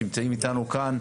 שאתם נמצאים איתנו כאן,